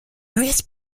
various